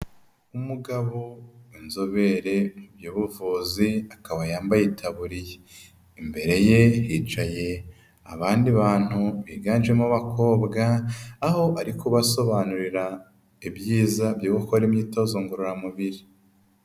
Umugabo w'inzobere mu by'ubuvuzi akaba yambaye itaburiya. Imbere ye hicaye abandi bantu biganjemo abakobwa, aho ari kubasobanurira ibyiza byo gukora imyitozo ngororamubiri.